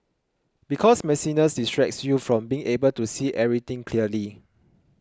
because messiness distracts you from being able to see everything clearly